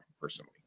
personally